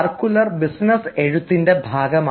circular business എഴുത്തിൻറെ ഭാഗമാണ്